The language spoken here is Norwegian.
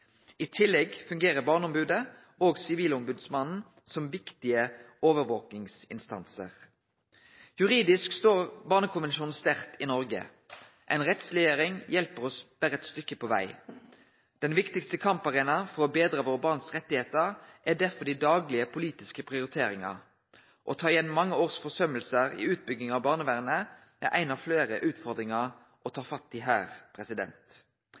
I tillegg fungerer Barneombodet og Sivilombodsmannen som viktige overvakingsinstansar. Juridisk står Barnekonvensjonen sterkt i Noreg. Ei rettsleggjering hjelper oss berre eit stykke på veg. Den viktigaste kamparenaen for å betre rettane til barna våre er derfor dei daglege politiske prioriteringane. Å ta igjen forsømingar gjennom mange år i utbygging av barnevernet er ei av fleire utfordringar å ta fatt i her.